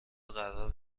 قرار